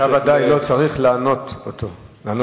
אתה בוודאי לא צריך לענות לו.